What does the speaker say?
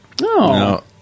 No